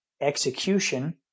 execution